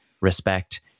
respect